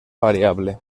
variable